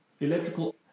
Electrical